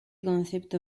concepto